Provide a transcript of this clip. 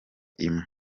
imwe